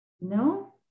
No